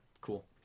cool